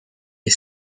les